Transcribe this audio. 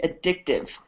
addictive